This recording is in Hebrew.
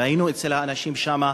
והיינו אצל האנשים שם,